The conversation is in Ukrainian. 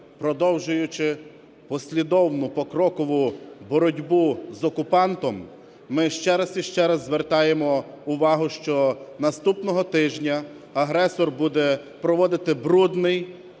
продовжуючи послідовну покрокову боротьбу з окупантом, ми ще раз і ще раз звертаємо увагу, що наступного тижня агресор буде проводити брудний